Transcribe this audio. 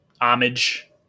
homage